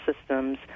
systems